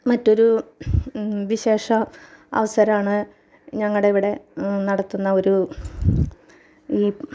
മറ്റൊരു വിശേഷ അവസരമാണ് ഞങ്ങളുടെ ഇവിടെ നടത്തുന്ന ഒരു ഈ